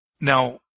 Now